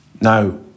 Now